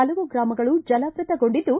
ಹಲವು ಗ್ರಾಮಗಳು ಜಲಾವೃತಗೊಂಡಿದ್ದು